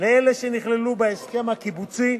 לאלה שנכללו בהסכם הקיבוצי.